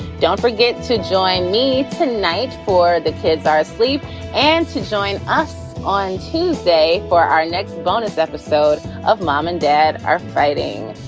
don't forget to join me tonight for the kids are asleep and to join us on tuesday for our next bonus episode of mom and dad are fighting.